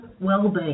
well-being